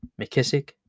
McKissick